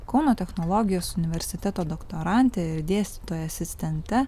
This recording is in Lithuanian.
kauno technologijos universiteto doktorante ir dėstytoja asistente